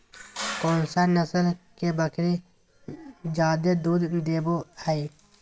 कौन सा नस्ल के बकरी जादे दूध देबो हइ?